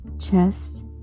chest